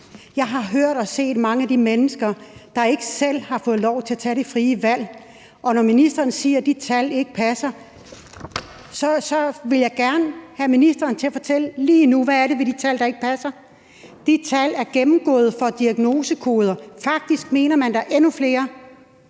Jeg har hørt og set mange af de mennesker, der ikke selv har fået lov til at tage det frie valg, og når ministeren siger, at de tal ikke passer, så vil jeg gerne have ministeren til at fortælle lige nu, hvad det er ved de tal, der ikke passer. De tal er gennemgået for diagnosekoder, og faktisk mener man, at der er endnu flere,